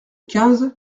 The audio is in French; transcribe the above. quinze